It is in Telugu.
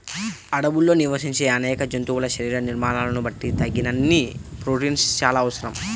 అడవుల్లో నివసించే అనేక జంతువుల శరీర నిర్మాణాలను బట్టి తగినన్ని ప్రోటీన్లు చాలా అవసరం